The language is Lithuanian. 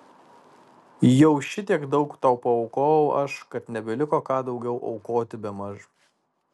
jau šitiek daug tau paaukojau aš kad nebeliko ką daugiau aukoti bemaž